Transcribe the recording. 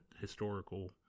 historical